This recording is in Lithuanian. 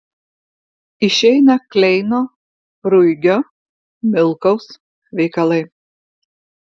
išeina kleino ruigio milkaus veikalai